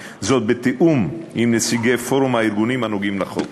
בתיאום עם נציגי פורום הארגונים הנוגעים לחוק.